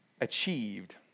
achieved